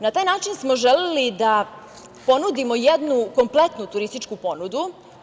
Na taj način smo želeli da ponudimo jednu kompletnu turističku ponudu.